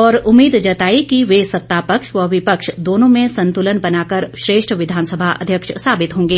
और उम्मीद जताई कि वह सतापक्ष व विपक्ष दोनों में संतुलन बनाकर श्रेष्ठ विधानसभा अध्यक्ष साबित होंगे